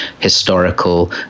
historical